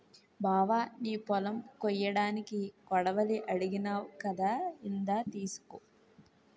బావా నీ పొలం కొయ్యడానికి కొడవలి అడిగావ్ కదా ఇందా తీసుకో